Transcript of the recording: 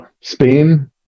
Spain